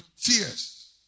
tears